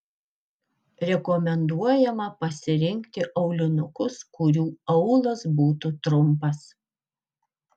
rekomenduojama pasirinkti aulinukus kurių aulas būtų trumpas